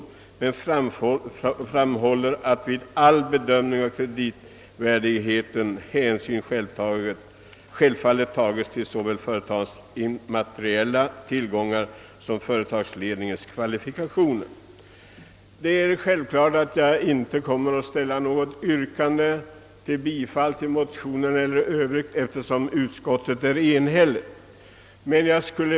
Sparbanksföreningen framhåller emellertid, att vid all bedömning av kreditvärdigheten hänsyn självfallet tas till såväl företagets materiella tillgångar som företagsledningens kvalifikationer. Jag kommer självfallet inte att ställa något yrkande om bifall till motionen, eftersom utskottet är enhälligt i sitt ställningstagande.